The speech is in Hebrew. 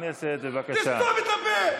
חבר הכנסת, אתה תסתום את הפה.